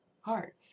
heart